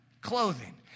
clothing